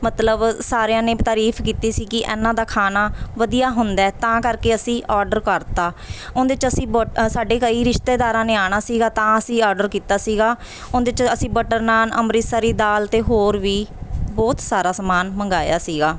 ਮਤਲਬ ਸਾਰਿਆਂ ਨੇ ਤਾਰੀਫ਼ ਕੀਤੀ ਸੀ ਕਿ ਇਹਨਾਂ ਦਾ ਖਾਣਾ ਵਧੀਆ ਹੁੰਦਾ ਤਾਂ ਕਰਕੇ ਅਸੀਂ ਔਡਰ ਕਰ ਤਾ ਉਹਦੇ 'ਚ ਅਸੀਂ ਬੱਟ ਸਾਡੇ ਕਈ ਰਿਸ਼ਤੇਦਾਰਾਂ ਨੇ ਆਉਣਾ ਸੀਗਾ ਤਾਂ ਅਸੀਂ ਔਡਰ ਕੀਤਾ ਸੀਗਾ ਉਹਦੇ 'ਚ ਅਸੀਂ ਬੱਟਰ ਨਾਨ ਅੰਮ੍ਰਿਤਸਰੀ ਦਾਲ ਅਤੇ ਹੋਰ ਵੀ ਬਹੁਤ ਸਾਰਾ ਸਮਾਨ ਮੰਗਵਾਇਆ ਸੀਗਾ